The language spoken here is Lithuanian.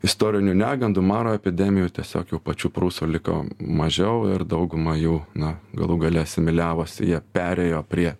istorinių negandų maro epidemijų tiesiog jau pačių prūsų liko mažiau ir dauguma jų na galų gale asimiliavosi jie perėjo prie